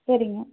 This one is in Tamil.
சரிங்க